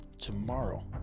Tomorrow